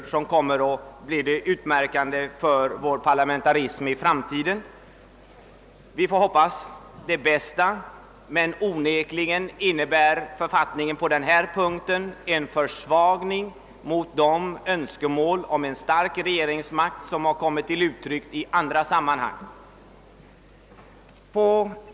Kommer dessa senare företeelser att bli det utmärkande för vår parlamentarism i framtiden? Man får hoppas på det bästa, men onekligen innebär författningsreformen på denna punkt en försvagning i förhållande till de önskemål om en stark regeringsmakt som kommit till uttryck i detta sammanhang.